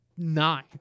Nine